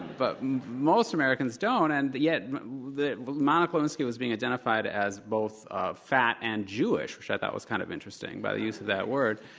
but most americans don't. and yet monica lewinsky was being identified as both ah fat and jewish, which i thought was kind of interesting by the use of that word.